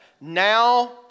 Now